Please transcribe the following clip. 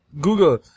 Google